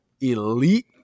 elite